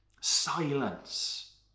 silence